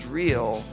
real